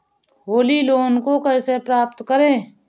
Holi loan को कैसे प्राप्त करें?